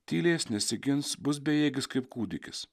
tylės nesigins bus bejėgis kaip kūdikis